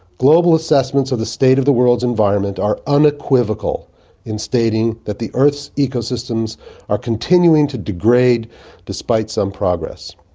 global assessments of the state of the world's environment are unequivocal in stating that the earth's ecosystems are continuing to degrade despite some progress.